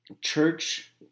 church